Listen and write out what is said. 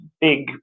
big